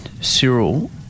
Cyril